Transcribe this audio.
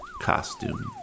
costume